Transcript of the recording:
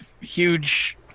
huge